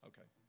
Okay